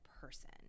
person